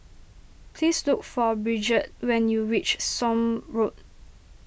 please look for Bridgett when you reach Somme Road